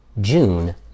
June